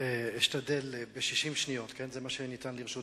אשתדל ב-60 שניות, זה מה שיש לרשותי,